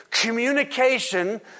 communication